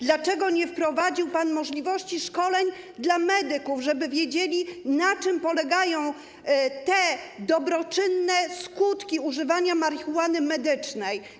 Dlaczego nie wprowadził pan możliwości szkoleń dla medyków, żeby wiedzieli, na czym polegają dobroczynne skutki używania marihuany medycznej?